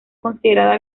considerada